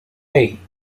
hey